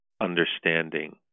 understanding